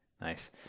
Nice